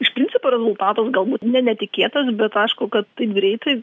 iš principo rezultatas galbūt ne netikėtas bet aišku kad taip greitai